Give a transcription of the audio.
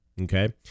Okay